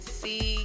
see